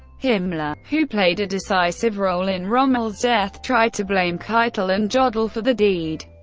himmler, who played a decisive role in rommel's death, tried to blame keitel and jodl for the deed,